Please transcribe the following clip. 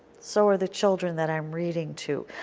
so are the children that i am reading to.